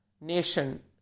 nation